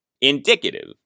indicative